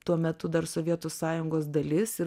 tuo metu dar sovietų sąjungos dalis ir